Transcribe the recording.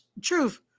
truth